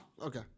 okay